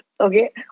okay